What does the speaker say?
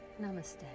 Namaste